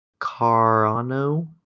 Carano